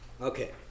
Okay